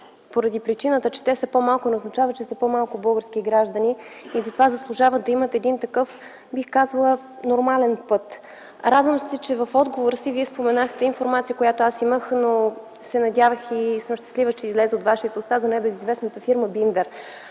заради причината, че те са по-малко не означава, че са по-малко български граждани и затова заслужават да имат един такъв, бих казала, нормален път. Радвам се, че в отговора си Вие споменахте информация, която аз имах, но се надявах и съм щастлива, че излезе от Вашите уста – за небезизвестната фирма